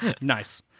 Nice